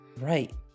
right